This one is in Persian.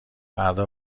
فردا